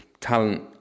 talent